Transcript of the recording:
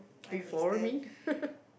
before me